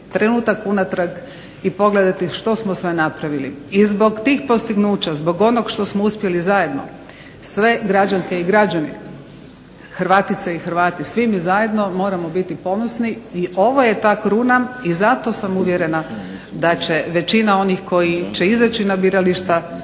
trenutak unatrag i pogledati što smo sve napravili. I zbog tih postignuća, zbog onog što smo uspjeli zajedno, sve građanke i građane Hrvatice i Hrvate, svi mi zajedno moramo biti ponosni i ovo je ta kruna i zato sam uvjerena da će većina onih koji će izaći na birališta